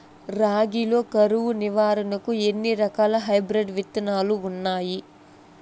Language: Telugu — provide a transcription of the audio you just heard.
రాగి లో కరువు నివారణకు ఎన్ని రకాల హైబ్రిడ్ విత్తనాలు ఉన్నాయి